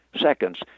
seconds